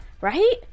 Right